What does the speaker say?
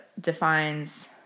defines